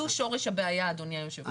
זה שורש הבעיה, אדוני היושב הראש.